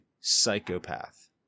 psychopath